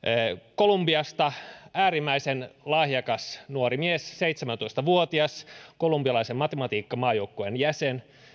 kolumbiasta äärimmäisen lahjakas nuorimies seitsemäntoista vuotias kolumbialaisen matematiikkamaajoukkueen jäsen